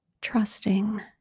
trusting